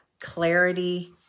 clarity